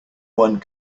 one